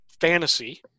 Fantasy